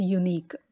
unique